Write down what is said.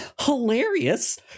hilarious